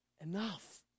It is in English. enough